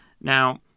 Now